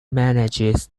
manages